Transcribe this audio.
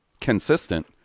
consistent